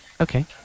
Okay